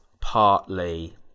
partly